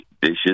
vicious